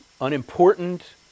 unimportant